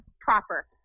proper